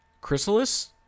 Chrysalis